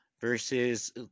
versus